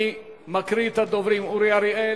אני מקריא את שמות הדוברים: אורי אריאל,